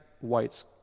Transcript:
whites